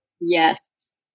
Yes